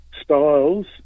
Styles